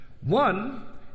One